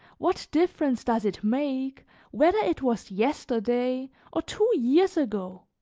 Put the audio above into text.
what difference does it make whether it was yesterday or two years ago?